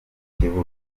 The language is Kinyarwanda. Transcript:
kibuga